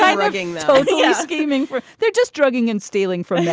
yeah rigging yes gaming where they're just drugging and stealing from men.